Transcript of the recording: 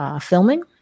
filming